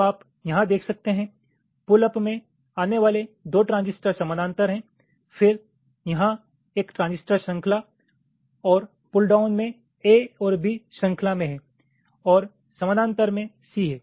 तो आप यहां देख सकते हैं पुल अप में आने वाले दो ट्रांजिस्टर समानांतर हैं फिर यहां एक ट्रांजिस्टर श्रृंखला और पुल डाउन मे a और b श्रृंखला में हैं और समानांतर में c है